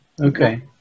Okay